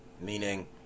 meaning